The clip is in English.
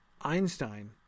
Einstein